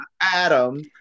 Adam